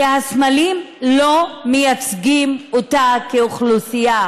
כי הסמלים לא מייצגים אותה כאוכלוסייה,